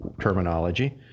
terminology